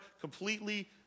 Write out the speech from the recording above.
completely